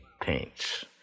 paints